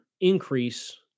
increase